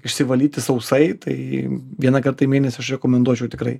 išsivalyti sausai tai vieną kartą į mėnesį aš rekomenduočiau tikrai